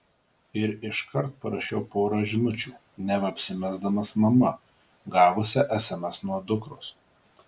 ir iškart parašiau porą žinučių neva apsimesdamas mama gavusia sms nuo dukros